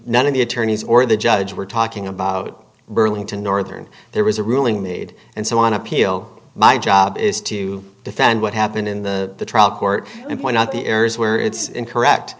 none of the attorneys or the judge were talking about burlington northern there was a ruling made and so on appeal my job is to defend what happened in the trial court and point out the areas where it's incorrect